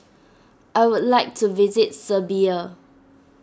I would like to visit Serbia